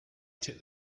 took